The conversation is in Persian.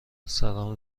سلام